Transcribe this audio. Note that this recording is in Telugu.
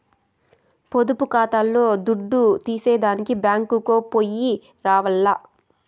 పొదుపు కాతాల్ల దుడ్డు తీసేదానికి బ్యేంకుకో పొయ్యి రావాల్ల